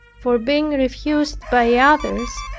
for being refused by others,